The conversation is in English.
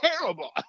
terrible